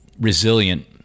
resilient